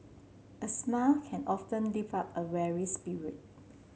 a smile can often lift up a weary spirit